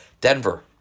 Denver